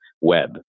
web